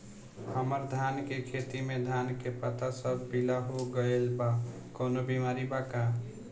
हमर धान के खेती में धान के पता सब पीला हो गेल बा कवनों बिमारी बा का?